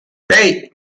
hey